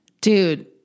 Dude